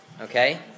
Okay